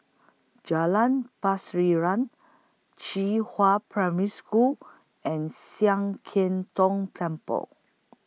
Jalan Pasiran Qihua Primary School and Sian Keng Tong Temple